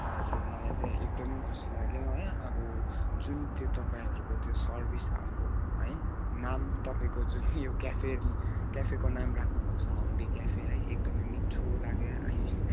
हजुर मलाई त एकदमै खुसी लाग्यो है अब जुन त्यो तपाईँहरूको त्यो सर्विस आम्मा है नाम तपाईँको जुन यो क्याफे क्याफेको नाम राख्नु भएको छ हङ्ग्री क्याफे है एकदमै मिठो लाग्यो है